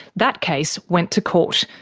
that case went to court,